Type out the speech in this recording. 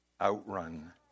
outrun